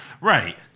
Right